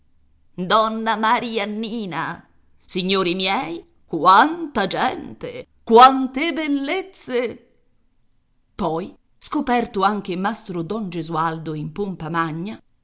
carrucola donna mariannina signori miei quanta gente quante bellezze poi scoperto anche mastro don gesualdo in pompa magna